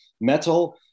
Metal